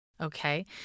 Okay